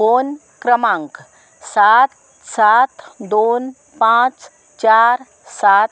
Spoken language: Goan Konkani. फोन क्रमांक सात सात दोन पांच चार सात